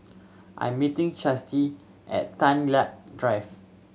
I'm meeting Chasity at Tan Lia Drive